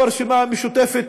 ברשימה המשותפת,